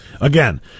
Again